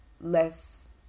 less